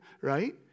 Right